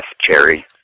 cherry